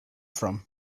from